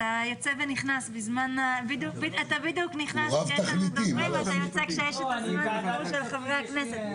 אתה נכנס בדיוק כשיש דוברים ויוצא כשיש את הזמן של חברי הכנסת.